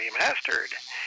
remastered